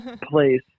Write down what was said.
place